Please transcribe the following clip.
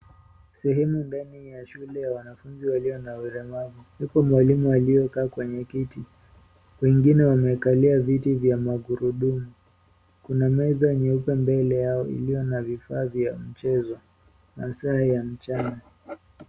Sehemu ndani ya shule ya wanafunzi walio na ulemavu huku mwalimu waliokaa kwenye kiti, wengine wamekalia viti vya magurudumu, kuna meza nyeupe mbele yao iliyo na vifaa vya mchezo hasaa ya mchana.